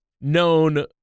known